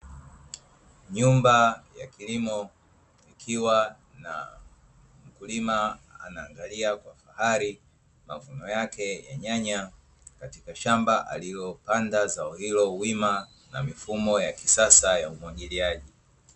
Nyumba ya kilimo, ikiwa na mkulima anaangalia kwa fahari mavuno yake ya nyanya katika shamba alilopanda zao hilo wima na mifumo ya kisasa ya umwagiliaji.